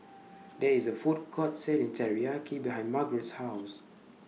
There IS A Food Court Selling Teriyaki behind Margarete's House